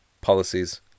policies